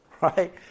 right